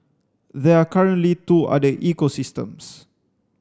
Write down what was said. there are currently two other ecosystems